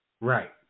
Right